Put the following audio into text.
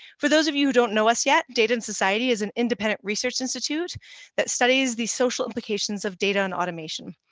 for those of you who don't know us yet, data and society is an independent research institute that studies the social implications of data and automation.